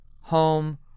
home